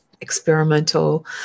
experimental